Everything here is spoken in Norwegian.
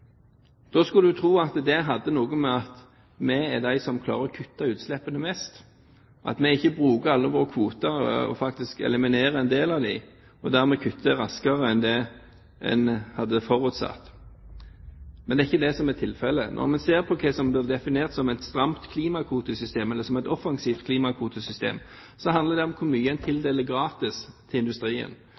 Da skulle man tro at det hadde noe å gjøre med at vi er de som klarer å kutte utslippene mest – at vi ikke bruker alle våre kvoter, men faktisk eliminerer en del av dem, og dermed kutter raskere enn det en hadde forutsatt. Men det er ikke det som er tilfellet. Når man ser på hva som blir definert som et stramt klimakvotesystem, eller som et offensivt klimakvotesystem, handler det om hvor mye man tildeler gratis til industrien.